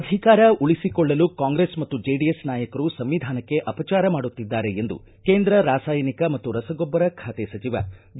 ಅಧಿಕಾರ ಉಳಿಸಿಕೊಳ್ಳಲು ಕಾಂಗ್ರೆಸ್ ಮತ್ತು ಜೆಡಿಎಸ್ ನಾಯಕರು ಸಂವಿಧಾನಕ್ಕೆ ಅಪಚಾರ ಮಾಡುತ್ತಿದ್ದಾರೆ ಎಂದು ಕೇಂದ್ರ ರಾಸಾಯನಿಕ ಮತ್ತು ರಸಗೊಬ್ಬರ ಖಾತೆ ಸಚಿವ ಡಿ